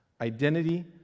Identity